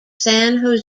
san